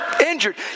Injured